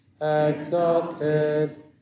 exalted